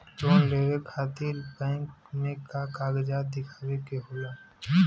Loan लेवे खातिर bank मे का कागजात दिखावे के होला?